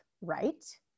right